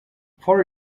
for